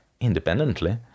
independently